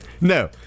No